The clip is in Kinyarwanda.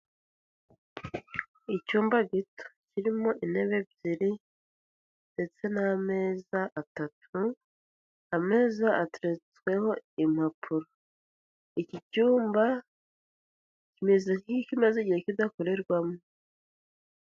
Icyumba gito kirimo intebe ebyiri ndetse n'amezi atatu, ameza ateretsweho impapuro, iki cyumba kimeze nk'ikimaze igihe kidakorerwamo.